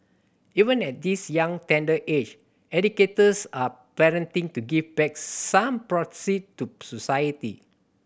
even at this young tender age educators are partnering to give back some proceed to society